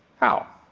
how?